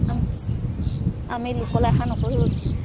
আমি লোকলৈ আশা নকৰোঁ